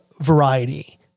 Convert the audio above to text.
variety